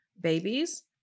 babies